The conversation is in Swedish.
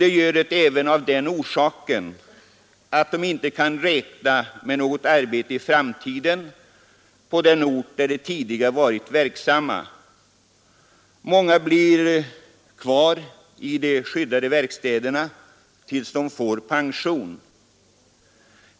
De gör det även av den orsaken att de inte kan räkna med något arbete i framtiden på den ort där de tidigare varit verksamma. Många blir också kvar i de skyddade verkstäderna till dess de får pension.